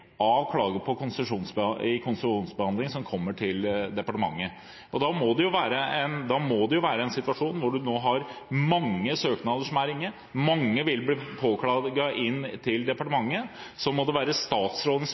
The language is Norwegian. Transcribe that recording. av klager på konsesjonsbehandling som kommer til departementet. I en situasjon nå hvor man har mange søknader inne, mange vil bli påklaget til departementet, må det være statsrådens